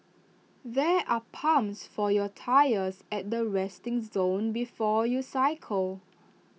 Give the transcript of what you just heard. there are pumps for your tyres at the resting zone before you cycle